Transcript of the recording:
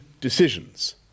decisions